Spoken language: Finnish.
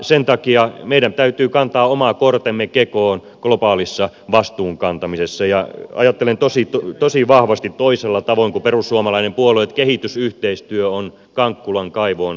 sen takia meidän täytyy kantaa oma kortemme kekoon globaalissa vastuun kantamisessa ja ajattelen tosi vahvasti toisella tavoin kuin perussuomalainen puolue siitä että kehitysyhteistyö olisi kankkulan kaivoon heitettyä rahaa